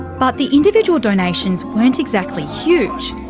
but the individual donations weren't exactly huge,